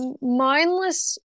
mindless